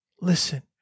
Listen